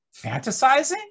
fantasizing